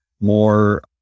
more